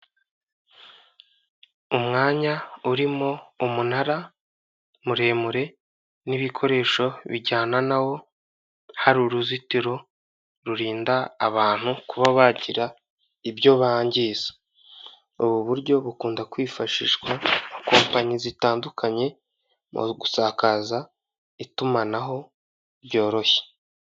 Umwanya urimo umunara muremure n'ibikoresho bijyana nawo, hari uruzitiro rurinda abantu kuba bagira ibyo bangiza, ubu buryo bukunda kwifashishwa na kompanyi zitandukanye mu gusakaza itumanaho byoroshye.